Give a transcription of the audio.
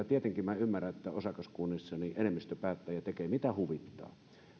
tietenkin ymmärrän että osakaskunnissa enemmistö päättää ja tekee mitä huvittaa